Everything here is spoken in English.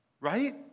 right